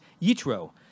Yitro